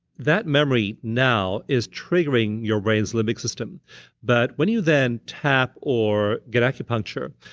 that memory now is triggering your brain's limbic system but when you then tap or get acupuncture,